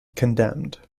condemned